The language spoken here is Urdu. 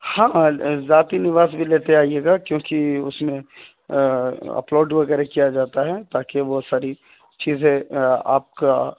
ہاں ذاتی نواس بھی لیتے آئے گا کیونکہ اس میں اپلوڈ وغیرہ کیا جاتا ہے تاکہ وہ ساری چیزیں آپ کا